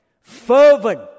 Fervent